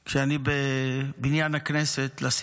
כשאני בבניין הכנסת אני תמיד משתדל ללבוש